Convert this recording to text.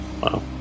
Wow